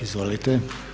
Izvolite.